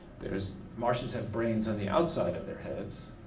there's, martians have brains on the outside of their heads,